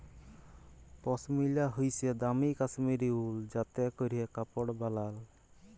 পশমিলা হইসে দামি কাশ্মীরি উল যাতে ক্যরে কাপড় বালায়